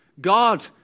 God